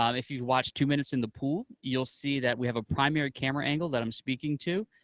um if you've watched two minutes in the pool, you'll see that we have a primary camera angle that i'm speaking to,